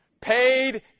paid